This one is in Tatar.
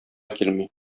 килми